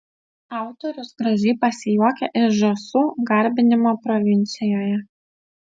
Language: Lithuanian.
autorius gražiai pasijuokia iš žąsų garbinimo provincijoje